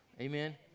Amen